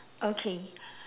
okay